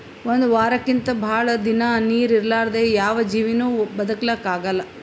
ಒಂದ್ ವಾರಕ್ಕಿಂತ್ ಭಾಳ್ ದಿನಾ ನೀರ್ ಇರಲಾರ್ದೆ ಯಾವ್ ಜೀವಿನೂ ಬದಕಲಕ್ಕ್ ಆಗಲ್ಲಾ